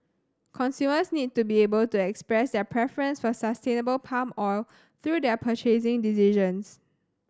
consumers need to be able to express their preference for sustainable palm oil through their purchasing decisions